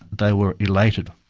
they were elated.